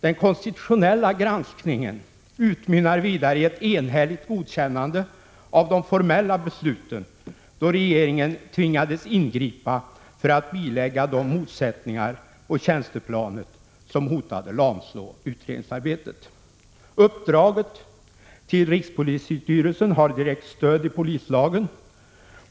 Den konstitutionella granskningen utmynnar vidare i ett enhälligt godkännande av de formella besluten, då regeringen tvingades ingripa för att bilägga de motsättningar på tjänstemannaplanet som hotade att lamslå utredningsarbetet. Uppdraget till rikspolisstyrelsen har direkt stöd i polislagen.